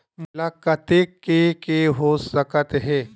मोला कतेक के के हो सकत हे?